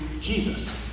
Jesus